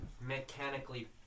mechanically